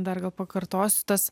dar gal pakartosiu tas